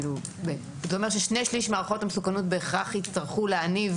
זה א ומר ששני שליש מהערכות המסוכנות בהכרח יצטרכו להניב